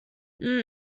never